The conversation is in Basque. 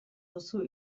duzu